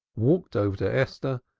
walked over to esther,